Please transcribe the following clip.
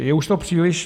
Je už to příliš.